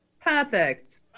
Perfect